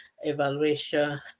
evaluation